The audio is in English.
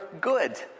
good